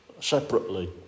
separately